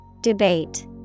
Debate